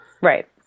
Right